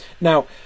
Now